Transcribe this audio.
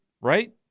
right